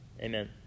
Amen